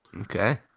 okay